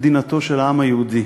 מדינתו של העם היהודי.